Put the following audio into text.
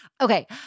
Okay